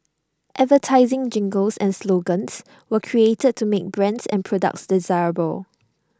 advertising jingles and slogans were created to make brands and products desirable